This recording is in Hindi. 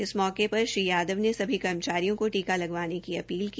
इस मौके र श्री यादव ने सभी कर्मचारियों को टीका लगवाने की अपील की